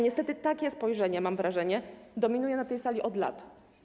Niestety, takie spojrzenie, mam wrażenie, dominuje na tej sali od lat.